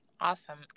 Awesome